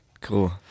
Cool